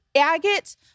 agate